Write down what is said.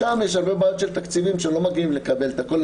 שם יש הרבה בעיות של תקציבים שלא מגיעים לקבל את הכל,